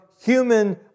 human